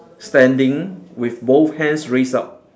standing with both hands raised up